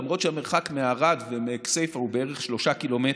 למרות שהמרחק מערד ומכסייפה הוא בערך 3 ק"מ,